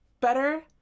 better